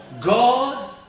god